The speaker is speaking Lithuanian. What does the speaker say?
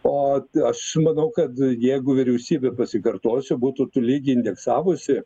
o aš manau kad jeigu vyriausybė pasikartosiu būtų tolygiai indeksavusi